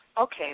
Okay